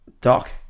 Doc